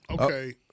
Okay